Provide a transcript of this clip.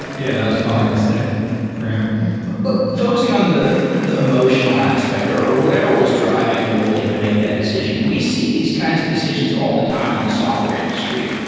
yeah, that was probably a mistake for him but focusing on the the emotional aspect or or whatever was driving napoleon to make that decision, we see these kinds of decisions all the time in the software industry.